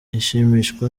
ashimishwa